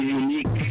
unique